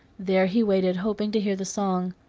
there he waited, hoping to hear the song.